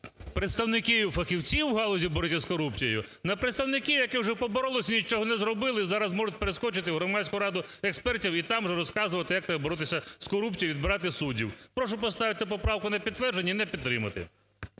представників і фахівців в галузі боротьби з корупцією на представників, які вже поборолися, нічого не зробили і зараз можуть перескочити в Громадську раду експертів, і там вже розказувати як треба боротися з корупцією, відбирати суддів. Прошу поставити поправку на підтвердження і не підтримати.